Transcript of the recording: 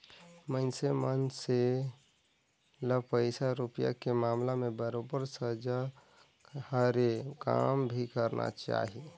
मइनसे मन से ल पइसा रूपिया के मामला में बरोबर सजग हरे काम भी करना चाही